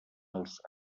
els